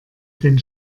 den